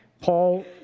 Paul